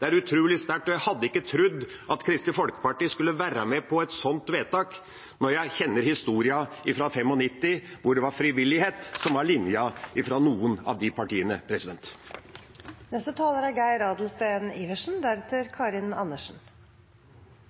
det er utrolig sterkt, og jeg hadde ikke trodd at Kristelig Folkeparti skulle være med på et slikt vedtak når jeg kjenner historien fra 1995, da det var frivillighet som var linja fra noen av de partiene.